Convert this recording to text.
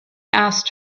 asked